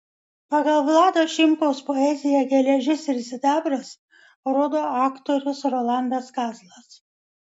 pagal vlado šimkaus poeziją geležis ir sidabras rodo aktorius rolandas kazlas